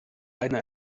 eine